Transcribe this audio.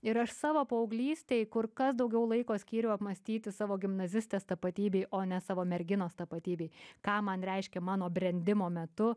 ir aš savo paauglystėj kur kas daugiau laiko skyriau apmąstyti savo gimnazistės tapatybei o ne savo merginos tapatybei ką man reiškė mano brendimo metu